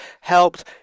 helped